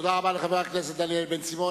תודה רבה לחבר הכנסת דניאל בן-סימון,